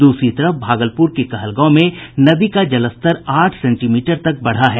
दूसरी तरफ भागलपुर के कहलगांव में नदी का जलस्तर आठ सेंटीमीटर तक बढ़ा है